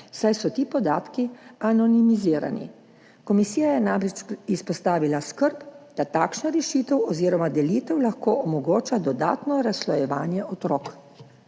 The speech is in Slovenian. saj so ti podatki anonimizirani. Komisija je namreč izpostavila skrb, da takšna rešitev oziroma delitev lahko omogoča dodatno razslojevanje otrok.